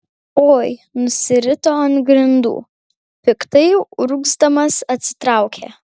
oi nusirito ant grindų piktai urgzdamas atsitraukė